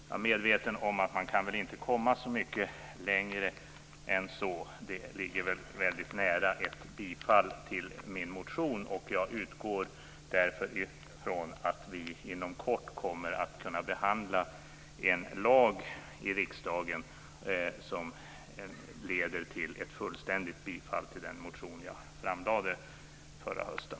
Jag är medveten om att man nog inte kan komma så mycket längre än så. Det ligger väldigt nära ett bifall till min motion. Jag utgår därför ifrån att vi inom kort kommer att kunna behandla en lag i riksdagen som leder till ett fullständigt bifall till den motion jag lade fram förra hösten.